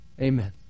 Amen